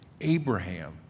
Abraham